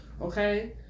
Okay